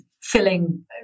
filling